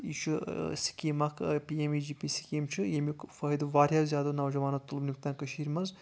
یہِ چھُ سکیٖم اکھ P M V G P scheme چھ ییٚمیُک فٲیدٕ واریاہ زیادٕ نوجوانَو تُل وُنیُک تام کٔشیٖر منٛز